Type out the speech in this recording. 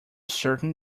certain